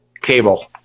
cable